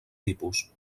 tipus